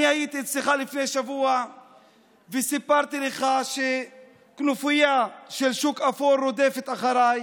אני הייתי אצלך לפני שבוע וסיפרתי לך שכנופיה של שוק אפור רודפת אחריי.